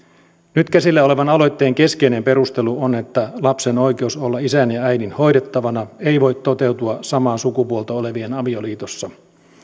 nyt käsillä olevan aloitteen keskeinen perustelu on että lapsen oikeus olla isän ja äidin hoidettavana ei voi toteutua samaa sukupuolta olevien avioliitossa